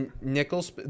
nickels